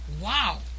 wow